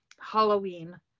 Halloween